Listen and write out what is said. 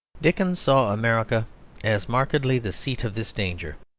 dickens saw america as markedly the seat of this danger.